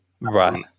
Right